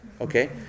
Okay